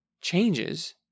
changes